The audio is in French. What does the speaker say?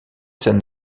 scènes